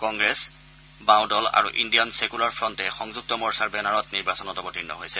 কংগ্ৰেছ বাওঁদল আৰু Indian secular ফ্ৰণ্টে সংযুক্ত মৰ্চাৰ বেনাৰত নিৰ্বাচনত অৱতীৰ্ণ হৈছে